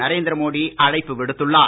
நரேந்திர மோடி அழைப்பு விடுத்துள்ளார்